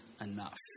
enough